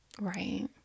Right